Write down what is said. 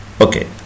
Okay